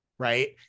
Right